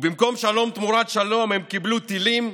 ובמקום שלום תמורת שלום הם קיבלו טילים,